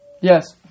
Yes